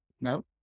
No